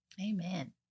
Amen